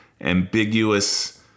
ambiguous